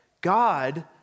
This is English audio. God